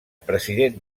president